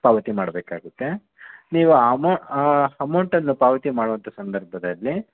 ಪಾವತಿ ಮಾಡಬೇಕಾಗುತ್ತೆ ನೀವು ಅಮೌ ಅಮೌಂಟನ್ನು ಪಾವತಿ ಮಾಡುವಂಥ ಸಂದರ್ಭದಲ್ಲಿ